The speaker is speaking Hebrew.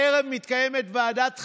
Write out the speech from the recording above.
הערב מתקיימת ועדת חריגים.